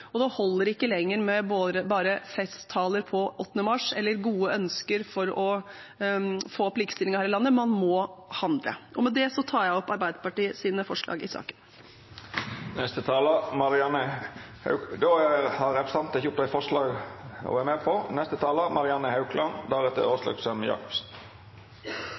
og det holder ikke lenger med festtaler på 8. mars eller gode ønsker for å få opp likestillingen her i landet. Man må handle. Med dette tar jeg opp de forslagene som Arbeiderpartiet er en del av i saken. Representanten Anette Trettebergstuen har teke opp dei forslaga ho refererte til. Manglende likelønn er